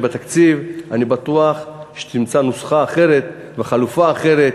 ואני בטוח שתמצא נוסחה אחרת וחלופה אחרת.